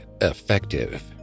effective